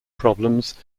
problems